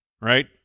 right